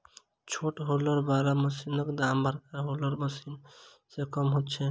छोट हौलर बला मशीनक दाम बड़का हौलर बला मशीन सॅ कम होइत छै